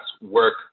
work